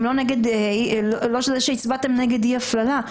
גם לא שהצבעתם נגד אי הפללה.